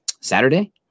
Saturday